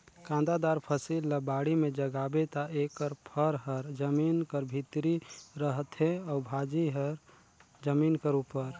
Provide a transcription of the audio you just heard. कांदादार फसिल ल बाड़ी में जगाबे ता एकर फर हर जमीन कर भीतरे रहथे अउ भाजी हर जमीन कर उपर